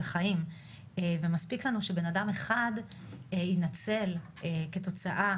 חיים ומספיק לנו שבנאדם אחד יינצל כתוצאה